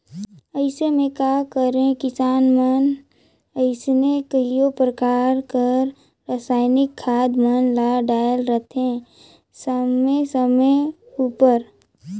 अइसे में का करें किसान मन अइसने कइयो परकार कर रसइनिक खाद मन ल डालत रहथें समे समे उपर